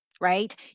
right